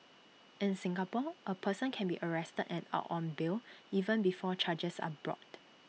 in Singapore A person can be arrested and out on bail even before charges are brought